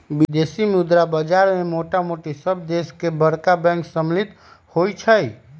विदेशी मुद्रा बाजार में मोटामोटी सभ देश के बरका बैंक सम्मिल होइ छइ